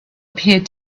appeared